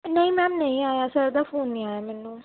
ਨਹੀਂ ਮੈਮ ਨਹੀਂ ਆਇਆ ਸਰ ਦਾ ਫੋਨ ਨਹੀਂ ਆਇਆ ਮੈਨੂੰ